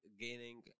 gaining